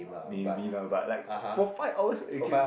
maybe lah but like for five hours eh